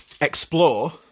explore